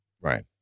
right